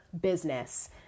business